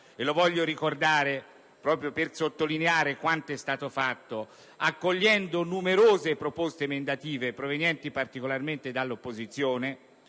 questo aspetto proprio per sottolineare quanto è stato fatto, accogliendo numerose proposte emendative, provenienti in particolar modo dall'opposizione.